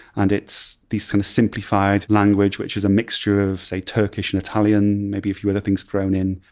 and it's this simplified language which is a mixture of, say, turkish and italian, maybe a few other things thrown in,